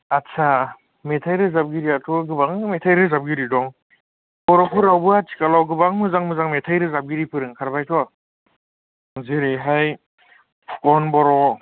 आत्सा मेथाइ रोजाबगिरियाथ' गोबां मेथाइ रोजाबगिरि दं बर'फोरावबो आथिखालाव गोबां मोजां मोजां मेथाइ रोजाबगिरिफोर ओंखारबायथ' जेरैहाय फुखन बर'